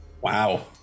Wow